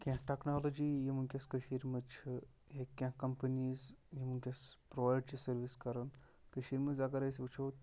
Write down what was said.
کینٛہہ ٹَکنالجی یِم وٕنکٮ۪س کٔشیٖرِ منٛز چھِ یہ کینٛہہ کَمپٔنیٖز یِم وٕنکٮ۪س پروٚوَایِڈ چھِ سٔروِس کَران کٔشیٖرِ منٛز اگر أسۍ وٕچھو